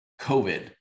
COVID